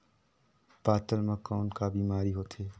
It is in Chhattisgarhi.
पातल म कौन का बीमारी होथे?